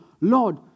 Lord